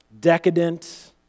decadent